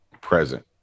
present